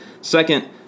Second